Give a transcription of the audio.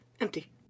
empty